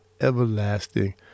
everlasting